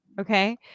Okay